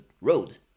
road